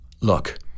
Look